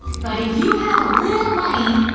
but if you have a little money,